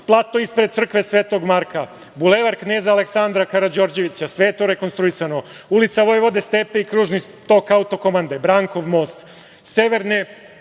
plato ispred crkve Svetog Marka, Bulevar kneza Aleksandra Karađorđevića, sve je to rekonstruisano, Ulica vojvode Stepe i kružni tok Autokomande, Brankov most, severne